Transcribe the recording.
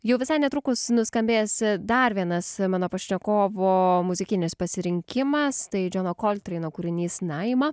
jau visai netrukus nuskambės dar vienas mano pašnekovo muzikinis pasirinkimas tai džono koltreino kūrinys naima